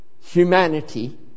humanity